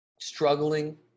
struggling